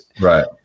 Right